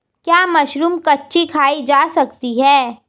क्या मशरूम कच्ची खाई जा सकती है?